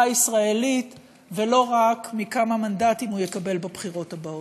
הישראלית ולא רק מכמה מנדטים הוא יקבל בבחירות הבאות.